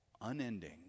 unending